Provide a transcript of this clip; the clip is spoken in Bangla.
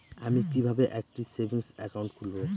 আমি কিভাবে একটি সেভিংস অ্যাকাউন্ট খুলব?